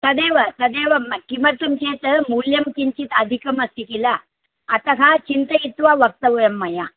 तदेव तदेव किमर्थं चेत् मूल्यं किञ्चित् अधिकमस्ति किल अतः चिन्तयित्वा वक्तव्यं मया